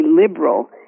liberal